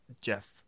Jeff